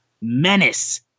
Menace